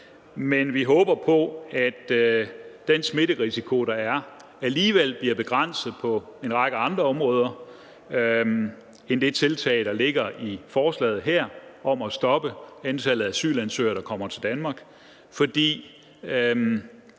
Men vi håber på, at den smitterisiko, der er, alligevel bliver begrænset på en række andre områder end det tiltag, der ligger i forslaget her om at stoppe antallet af asylansøgere, der kommer til Danmark,